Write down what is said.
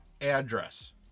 address